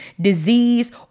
disease